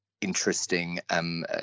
interesting